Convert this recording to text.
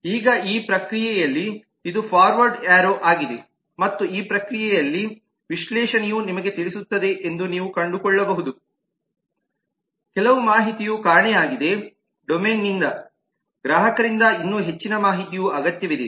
ಈಗ ಈ ಪ್ರಕ್ರಿಯೆಯಲ್ಲಿ ಇದು ಫಾರ್ವರ್ಡ್ ಏರೋ ಆಗಿದೆ ಮತ್ತು ಈ ಪ್ರಕ್ರಿಯೆಯಲ್ಲಿ ವಿಶ್ಲೇಷಣೆಯು ನಿಮಗೆ ತಿಳಿಸುತ್ತದೆ ಎಂದು ನೀವು ಕಂಡುಕೊಳ್ಳಬಹುದು ಕೆಲವು ಮಾಹಿತಿಯು ಕಾಣೆಯಾಗಿದೆ ಡೊಮೇನ್ನಿಂದ ಗ್ರಾಹಕರಿಂದ ಇನ್ನೂ ಹೆಚ್ಚಿನ ಮಾಹಿತಿಯ ಅಗತ್ಯವಿದೆ